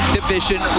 Division